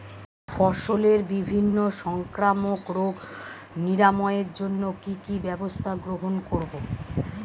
ফসলের বিভিন্ন সংক্রামক রোগ নিরাময়ের জন্য কি কি ব্যবস্থা গ্রহণ করব?